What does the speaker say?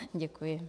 Děkuji.